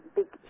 big